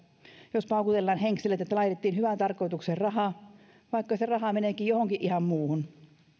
jos paukutellaan henkseleitä että laitettiin hyvään tarkoitukseen rahaa vaikka se raha meneekin johonkin ihan muuhun